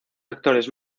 actores